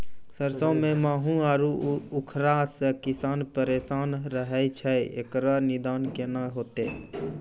सरसों मे माहू आरु उखरा से किसान परेशान रहैय छैय, इकरो निदान केना होते?